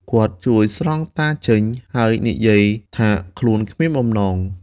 គាត់ជួយស្រង់តាចេញ ហើយនិយាយថាខ្លួនគ្មានបំណង។